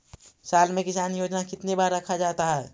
साल में किसान योजना कितनी बार रखा जाता है?